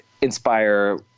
inspire